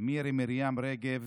מירי מרים רגב,